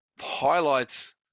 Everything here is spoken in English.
highlights